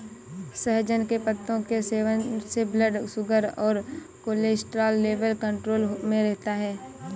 सहजन के पत्तों के सेवन से ब्लड शुगर और कोलेस्ट्रॉल लेवल कंट्रोल में रहता है